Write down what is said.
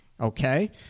okay